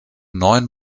neun